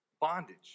bondage